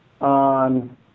on